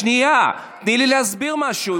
שנייה, תני להסביר משהו.